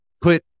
put